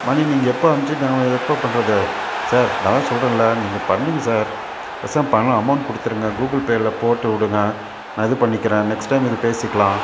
மணி நீங்கள் எப்போ அமுச்சு நாங்கள் எப்போ பண்ணுறது சார் நான்தான் சொல்றேன்லை நீங்கள் பண்ணுங்க சார் பேசாமல் பணம் அமௌண்ட் கொடுத்துருங்க கூகுள் பேயில் போட்டுவிடுங்க நான் இது பண்ணிக்கிறேன் நெக்ஸ்ட் டைம் இது பேசிக்கலாம்